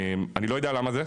אני לא יודע למה זה,